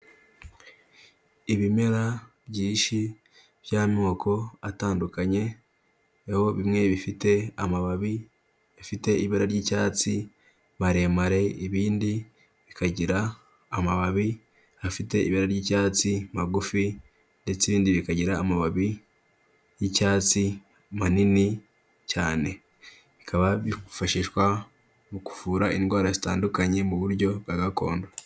Ibimera byinshi by'amoko atandukanye, aho bimwe bifite amababi afite ibara ry'icyatsi maremare, ibindi bikagira amababi afite ibara ry'icyatsi magufi ndetse ibindi bikagira amababi y'icyatsi manini cyane, bikaba byifashishwa mu kuvura indwara zitandukanye mu buryo bwa gakondo.